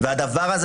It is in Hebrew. והדבר הזה